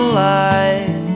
light